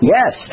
Yes